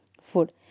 food